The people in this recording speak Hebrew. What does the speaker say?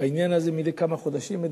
בעניין הזה, מדברים מדי כמה חודשים,